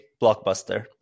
Blockbuster